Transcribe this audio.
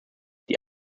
die